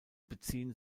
beziehen